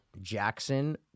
Jackson